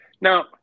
Now